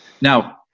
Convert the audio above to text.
Now